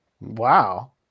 Wow